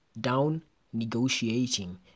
down-negotiating